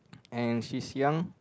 and she's young